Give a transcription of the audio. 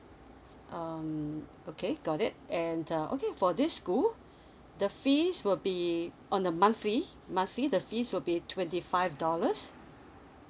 um okay got it and uh okay for this school the fees will be on a monthly monthly the fees will be twenty five dollars